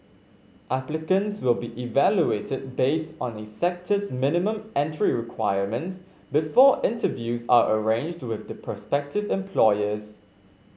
applicants will be evaluated based on a sector's minimum entry requirements before interviews are arranged with the prospective employers